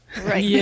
Right